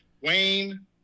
Wayne